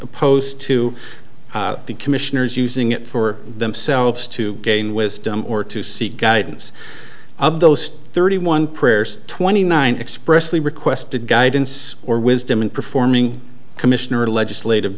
opposed to the commissioners using it for themselves to gain wisdom or to seek guidance of those thirty one prayers twenty nine expressly requested guidance or wisdom in performing commissioner legislative